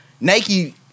Nike